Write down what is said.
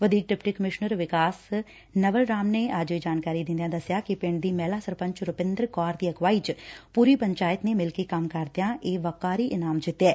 ਵਧੀਕ deputy commissioner ਵਿਕਾਸ ਨਵਲ ਰਾਮ ਨੇ ਅੱਜ ਇਹ ਜਾਣਕਾਰੀ ਦਿੰਦਿਆਂ ਦਸਿਆ ਕਿ ਪਿੰਡ ਦੀ ਮਹਿਲਾ ਸਰਪੰਚ ਰੁਪਿੰਦਰ ਕੌਰ ਦੀ ਅਗਵਾਈ ਵਿਚ ਪੁਰੀ ਪੰਚਾਇਤ ਨੇ ਮਿਲ ਕੇ ਕੰਮ ਕਰਦਿਆਂ ਇਹ ਵਕਾਰੀ ਇਨਾਮ ਜਿੱਤਿਐ